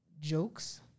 jokes